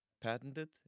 patented